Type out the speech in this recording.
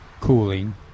cooling